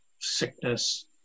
sickness